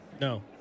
No